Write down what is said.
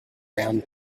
round